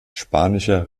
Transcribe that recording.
spanischer